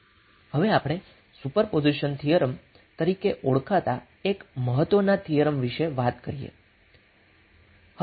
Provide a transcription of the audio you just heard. હવે આપણે superposition theorem તરીકે ઓળખાતા એક મહત્વના થિયરમ વિશે વાત કરીએ